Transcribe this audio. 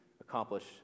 accomplish